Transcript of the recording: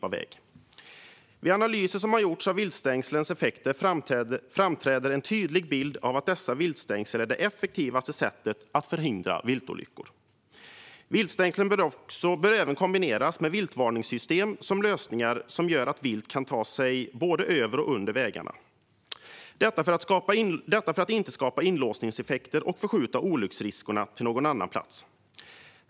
Vid analyser av viltstängslens effekter framträder en tydlig bild av att viltstängsel är det effektivaste sättet att förhindra viltolyckor. Viltstängslen bör även kombineras med viltvarningssystem samt lösningar som gör att vilt kan ta sig både över och under vägarna, för att inte skapa inlåsningseffekter och förskjuta olycksriskerna till någon annan plats.